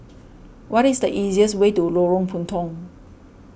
what is the easiest way to Lorong Puntong